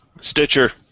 Stitcher